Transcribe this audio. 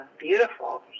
Beautiful